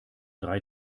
drei